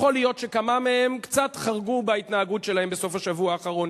יכול להיות שכמה מהם קצת חרגו בהתנהגות שלהם בסוף השבוע האחרון,